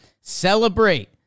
celebrate